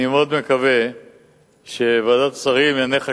אני מאוד מקווה שוועדת השרים לענייני חקיקה,